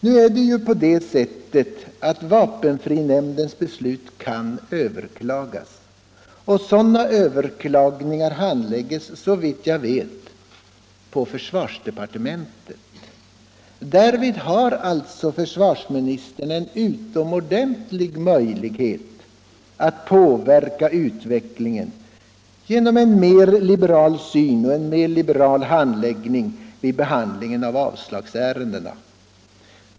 Nu är det ju på det sättet att vapenfrinämndens beslut kan överklagas, och sådana överklaganden handläggs såvitt jag vet inom försvarsdepartementet. Därvid har alltså försvarsministern en utomordentlig möjlighet att påverka utvecklingen genom en mer liberal syn och mer liberal handläggning vid behandlingen av avslagsärendena.